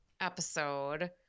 episode